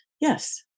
Yes